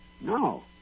No